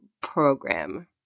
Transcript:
program